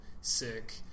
sick